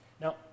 Now